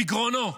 בגרונו?